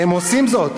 הם עושים זאת.